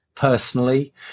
Personally